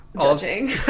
Judging